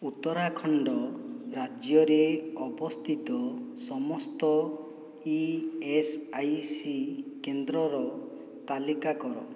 ଉତ୍ତରାଖଣ୍ଡ ରାଜ୍ୟରେ ଅବସ୍ଥିତ ସମସ୍ତ ଇ ଏସ୍ ଆଇ ସି କେନ୍ଦ୍ରର ତାଲିକା କର